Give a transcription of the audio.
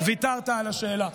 ויתרת על השאלה.